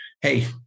hey